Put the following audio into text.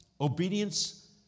obedience